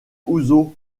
houzeau